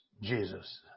Jesus